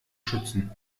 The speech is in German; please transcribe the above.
schützen